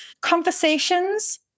conversations